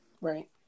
Right